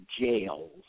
jails